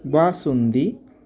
basundi